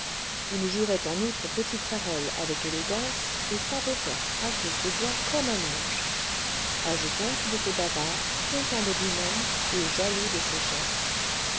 il jurait en outre petite parole avec élégance et savait faire craquer ses doigts comme un ange ajoutons qu'il était bavard content de lui-même et jaloux de ses chefs